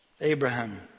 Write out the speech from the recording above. Abraham